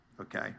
okay